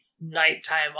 nighttime